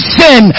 sin